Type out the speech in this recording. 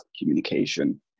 communication